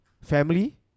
Family